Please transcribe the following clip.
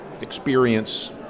experience